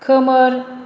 खोमोर